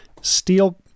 steel